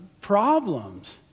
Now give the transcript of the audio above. problems